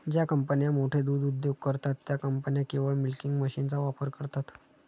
ज्या कंपन्या मोठे दूध उद्योग करतात, त्या कंपन्या केवळ मिल्किंग मशीनचा वापर करतात